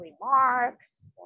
remarks